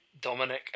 Dominic